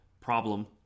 problem